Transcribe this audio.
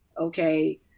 okay